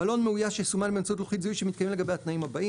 בלון מאויש יסומן באמצעות לוחית זיהוי שמתקיים לגביה התנאים הבאים.